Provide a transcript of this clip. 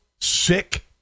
sick